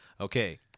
okay